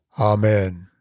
Amen